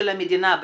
של המדינה,